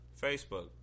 Facebook